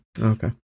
okay